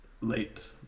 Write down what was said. late